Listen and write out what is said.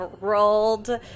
rolled